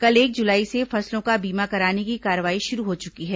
कल एक जुलाई से फसलों का बीमा कराने की कार्रवाई शुरू हो चुकी है